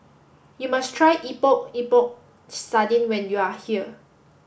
you must try Epok Epok Sardin when you are here